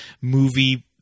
movie